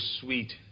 sweet